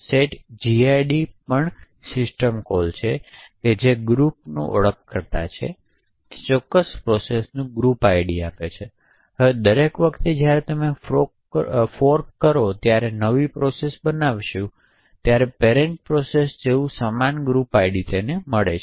Setuid ને સમાન setgid પણ છેજે ગ્રુપ ઓળખકર્તા છે જે ચોક્કસ પ્રોસેસનું ગ્રુપ ID આપે છે હવે દર વખતે જ્યારે ફોર્ક કરીને અને નવી પ્રોસેસ બનાવીશું ત્યારે પેરેંટ પ્રોસેસ જેવુ સમાન ગ્રુપ ID તેને મળે છે